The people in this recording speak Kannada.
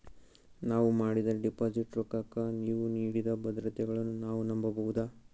ನಾವು ಮಾಡಿದ ಡಿಪಾಜಿಟ್ ರೊಕ್ಕಕ್ಕ ನೀವು ನೀಡಿದ ಭದ್ರತೆಗಳನ್ನು ನಾವು ನಂಬಬಹುದಾ?